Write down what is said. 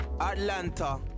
Atlanta